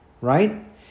right